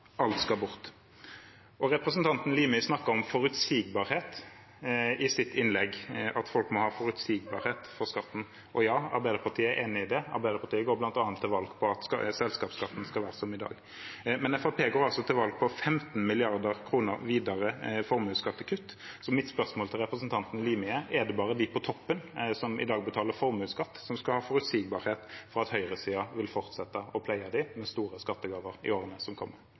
Alt skal bort. Representanten Limi snakket om forutsigbarhet i sitt innlegg, at folk må ha forutsigbarhet for skatten. Ja, Arbeiderpartiet er enig i det. Arbeiderpartiet går til valg på bl.a. at selskapsskatten skal være som i dag, men Fremskrittspartiet går altså til valg på 15 mrd. kr i videre formuesskattekutt. Så mitt spørsmål til representanten Limi er: Er det bare de på toppen, som i dag betaler formuesskatt, som skal ha forutsigbarhet for at høyresiden vil fortsette å pleie dem med store skattegaver i årene som kommer?